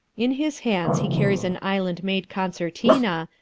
in his hands he carries an island-made concertina,